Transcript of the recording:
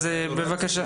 אז, בבקשה.